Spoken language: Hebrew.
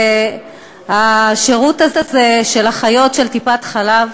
הדיון בשירות הזה של אחיות טיפות-החלב